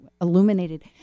illuminated